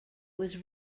was